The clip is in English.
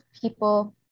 people